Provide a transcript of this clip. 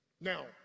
now